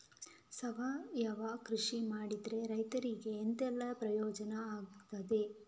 ಸಾವಯವ ಕೃಷಿ ಮಾಡಿದ್ರೆ ರೈತರಿಗೆ ಎಂತೆಲ್ಲ ಪ್ರಯೋಜನ ಆಗ್ತದೆ?